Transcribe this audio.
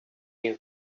you